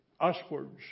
uswards